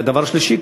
והדבר השלישי,